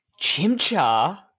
Chimchar